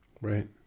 Right